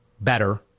Better